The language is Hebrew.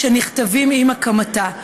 שנכתבים עם הקמתה,